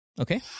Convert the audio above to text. Okay